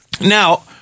Now